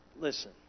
Listen